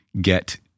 get